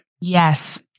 Yes